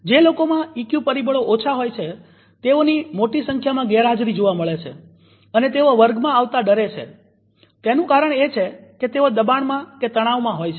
જે લોકોમાં ઈક્યુ પરિબળો ઓછા હોય છે તેઓની મોટી સંખ્યામાં ગેરહાજરી જોવા મળે છે અને તેઓ વર્ગમાં આવતા ડરે છે તેનું કારણ એ છે કે તેઓ દબાણ કે તણાવ માં હોય છે